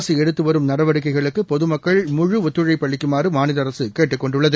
அரசு எடுத்து வரும் நடவடிக்கைகளுக்கு பொதுமக்கள் முழு ஒத்துழைப்பு அளிக்குமாறு மாநில அரசு கேட்டுக் கொண்டுள்ளது